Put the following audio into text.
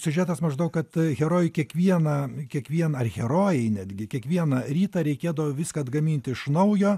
siužetas maždaug kad herojui kiekvieną kiekvieną ar herojei netgi kiekvieną rytą reikėdavo viską atgamint iš naujo